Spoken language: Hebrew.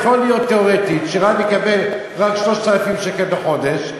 יכול להיות תיאורטית שרב יקבל רק 3,000 שקל בחודש,